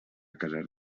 casar